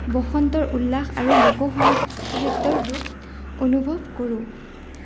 বসন্তৰ উল্লাস আৰু লোক সাহিত্যৰ ৰূপ অনুভৱ কৰোঁ